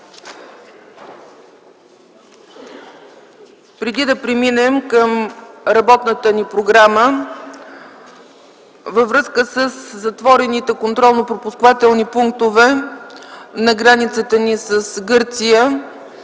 Преди да преминем към работната ни програма, във връзка със затворените контролно-пропускателни пунктове на границата ни с Гърция,